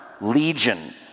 legion